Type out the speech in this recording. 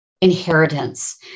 inheritance